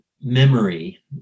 memory